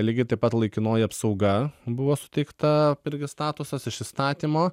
lygiai taip pat laikinoji apsauga buvo suteikta irgi statusas iš įstatymo